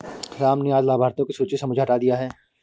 राम ने आज लाभार्थियों की सूची से मुझे हटा दिया है